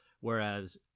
Whereas